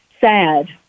sad